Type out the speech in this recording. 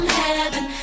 heaven